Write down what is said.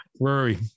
Rory